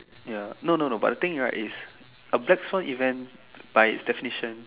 ya no no no but thing right is a black soy event by its destination